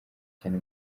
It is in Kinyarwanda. cyane